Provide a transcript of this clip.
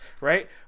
right